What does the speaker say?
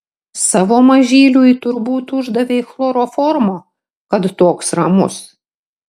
savo mažyliui turbūt uždavei chloroformo kad toks ramus